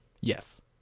yes